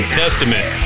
testament